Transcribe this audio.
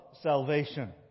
salvation